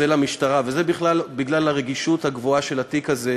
זה למשטרה, וזה בגלל הרגישות הגבוהה של התיק הזה.